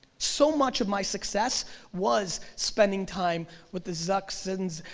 so much of my success was spending time with the zucksins,